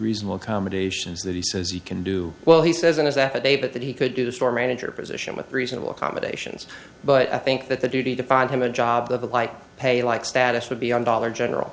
reasonable accommodations that he says he can do well he says in his affidavit that he could do the store manager position with reasonable accommodations but i think that the duty to find him a job of a life pay like status would be on dollar general